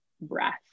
breath